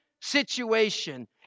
situation